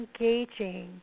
engaging